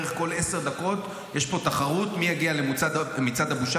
בערך כל עשר דקות יש פה תחרות מי יגיע למצעד הבושה